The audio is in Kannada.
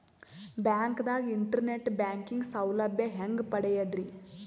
ಬ್ಯಾಂಕ್ದಾಗ ಇಂಟರ್ನೆಟ್ ಬ್ಯಾಂಕಿಂಗ್ ಸೌಲಭ್ಯ ಹೆಂಗ್ ಪಡಿಯದ್ರಿ?